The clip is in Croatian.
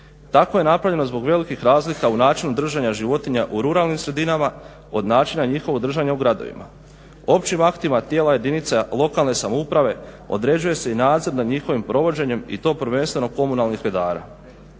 "Tako je napravljeno zbog velikih razlika u načinu držanja životinja u ruralnim sredinama, od načina njihovog držanja u gradovima. Općim aktima tijela jedinica lokalne samouprave određuje se i nadzor nad njihovim provođenjem i to prvenstveno komunalnih redara."